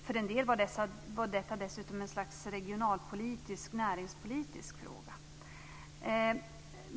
För en del var detta dessutom ett slags regionalpolitisk, näringspolitisk fråga.